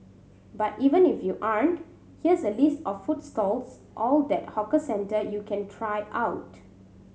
but even if you aren't here is a list of food stalls all that hawker center you can try out